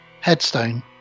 headstone